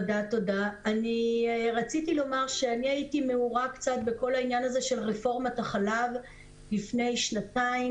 אני הייתי מעורה קצת בכל העניין של רפורמת החלב לפני שנתיים